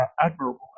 admirable